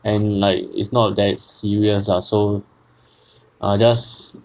and like it's not that serious ah so I'll just